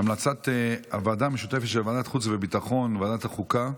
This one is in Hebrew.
המלצת הוועדה המשותפת של ועדת החוץ והביטחון וועדת החוקה,